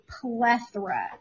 plethora